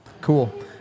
Cool